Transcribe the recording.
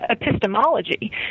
epistemology